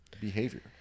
behavior